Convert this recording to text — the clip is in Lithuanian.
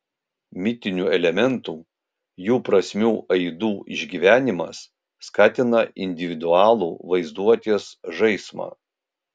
mitinių elementų jų prasmių aidų išgyvenimas skatina individualų vaizduotės žaismą